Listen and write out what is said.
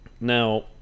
now